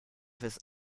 his